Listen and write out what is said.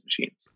machines